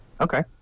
Okay